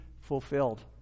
fulfilled